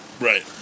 Right